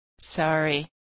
Sorry